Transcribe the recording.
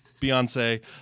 Beyonce